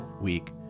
week